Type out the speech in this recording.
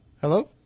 Hello